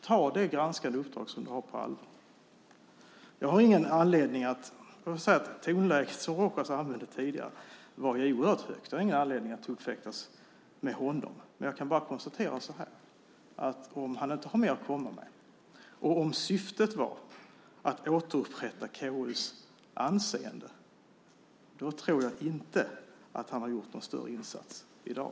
Ta det granskande uppdrag som du har på allvar! Tonläget som Rojas använde tidigare var oerhört högt. Jag har ingen anledning att tuppfäktas med honom, utan jag kan bara konstatera att har han inte mer att komma med och syftet var att återupprätta KU:s anseende tror jag inte att han har gjort någon större insats i dag.